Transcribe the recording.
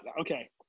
Okay